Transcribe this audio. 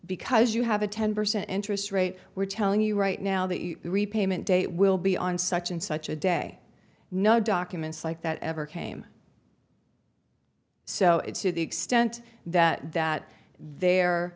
because you have a ten percent interest rate we're telling you right now that you repayment date will be on such and such a day no documents like that ever came so it's to the extent that that their